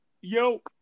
yo